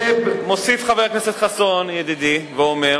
ומוסיף חבר הכנסת חסון, ידידי, ואומר